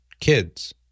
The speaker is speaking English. kids